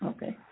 Okay